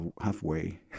halfway